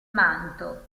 manto